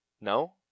No